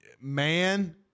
man